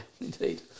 indeed